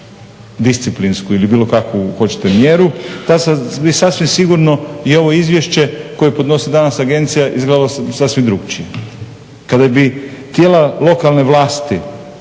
disciplinsku ili bilo kakvu hoćete mjeru tad bi sasvim sigurno i ovo izvješće koje podnosi danas agencija izgledalo sasvim drukčije. Kada bi tijela lokalne vlasti